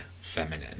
feminine